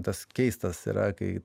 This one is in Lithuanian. tas keistas yra kai